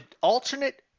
alternate